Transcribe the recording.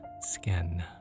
Skin